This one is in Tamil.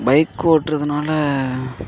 பைக் ஓட்டுறதுனால